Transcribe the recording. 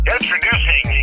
Introducing